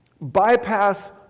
bypass